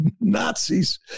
Nazis